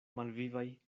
malvivaj